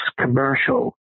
commercial